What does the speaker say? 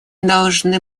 должны